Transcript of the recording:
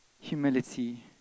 humility